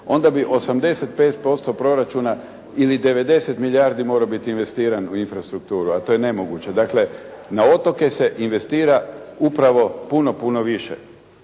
onda bi 85% proračuna ili 90 milijardi morao biti investiran u infrastrukturu, a to je nemoguće. Dakle, na otoke se investira upravo puno, puno više.